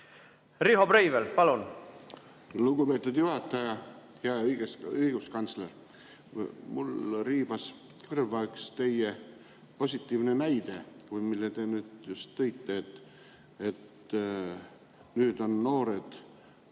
Riho Breivel, palun! Lugupeetud juhataja! Hea õiguskantsler! Mul riivas kõrva üks teie positiivne näide, mille te just tõite: nüüd on noored hakanud